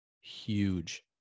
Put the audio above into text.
huge